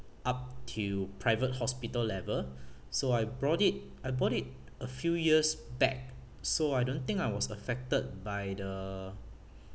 up to private hospital level so I brought it I bought it a few years back so I don't think I was affected by the